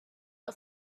auf